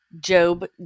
Job